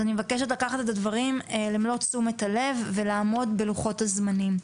אני מבקשת לקחת את הדברים למלוא תשומת הלב ולעמוד בלוחות הזמנים.